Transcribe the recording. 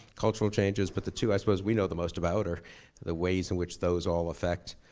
cultural changes. but, the two i suppose we know the most about, are the ways in which those all effect,